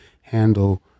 handle